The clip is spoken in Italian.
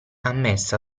ammessa